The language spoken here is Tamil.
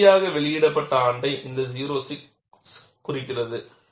இறுதியாக வெளியிடப்பட்ட ஆண்டை இந்த 06 குறிக்கிறது